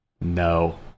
no